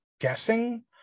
guessing